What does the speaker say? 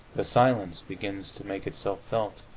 the silence begins to make itself felt